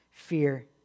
fear